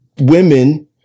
women